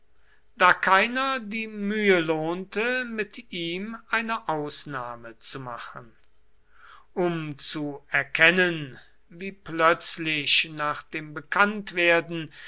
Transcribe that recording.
da keiner die mühe lohnte mit ihm eine ausnahme zu machen um zu erkennen wie plötzlich nach dem bekanntwerden